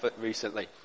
recently